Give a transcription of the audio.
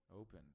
open